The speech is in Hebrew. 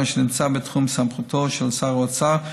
אשר נמצא בתחום סמכותו של שר האוצר,